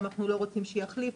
גם אנחנו לא רוצים שיחליפו,